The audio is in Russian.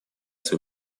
свою